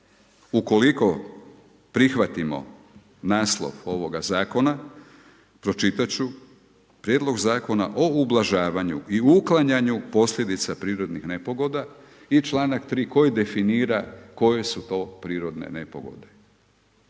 Ukoliko prihvatimo naslova ovoga zakona, pročitat ću, Prijedlog zakona o ublažavanju i uklanjanju posljedica prirodnih nepogoda i članak 3. koji definira koje su to prirodne nepogode.